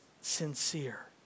sincere